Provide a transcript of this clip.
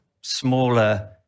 smaller